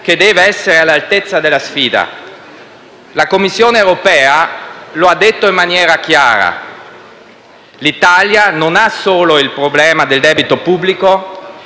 che deve essere all'altezza della sfida. La Commissione europea lo ha detto in maniera chiara: l'Italia non ha solo il problema del debito pubblico,